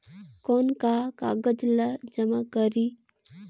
कौन का कागज ला जमा करी?